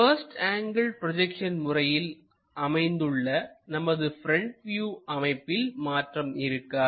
first angle projection முறையில் அமைந்துள்ள நமது ப்ரெண்ட் வியூ அமைப்பில் மாற்றம் இருக்காது